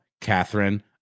Catherine